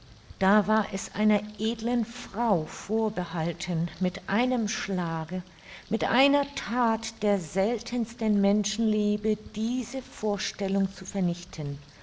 da war es einer edlen frau vorbehalten mit einem schlage mit einer that der seltensten menschenliebe diese vorstellung zu vernichten